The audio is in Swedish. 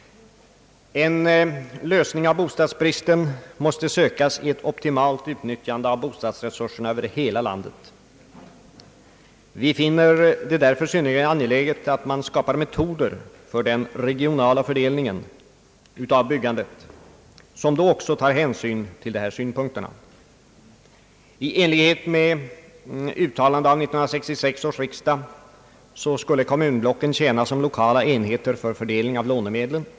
En lösning av bostadsbristen måste sökas i ett optimalt utnyttjande av bostadsresurserna i hela landet. Vi finner det därför synnerligen angeläget att man skapar metoder för den regionala fördelningen av byggandet, som då också tar hänsyn till dessa synpunkter. I enlighet med uttalande av 1966 års riksdag skulle kommunblocken tjäna som lokala enheter för fördelning av låne medlen.